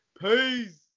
Peace